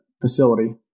facility